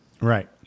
Right